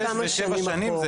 שש ושבע שנים?